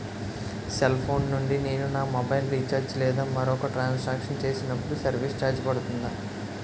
Cell phone నుండి నేను నా మొబైల్ రీఛార్జ్ లేదా మరొక ట్రాన్ సాంక్షన్ చేసినప్పుడు సర్విస్ ఛార్జ్ పడుతుందా?